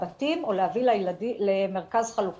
35,000. אני רק מחדד שבאותם בתים לא רצינו